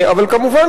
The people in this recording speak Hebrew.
אבל כמובן,